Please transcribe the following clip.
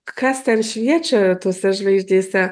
kas ten šviečia tose žvaigždėse